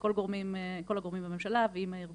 רשות האוכלוסין וגם עם כל הגורמים בממשלה ועם הארגונים.